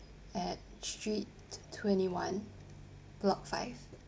at street twenty one block five